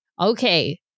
Okay